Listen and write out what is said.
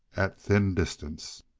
at thin distance.